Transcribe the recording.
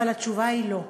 אבל התשובה היא: לא.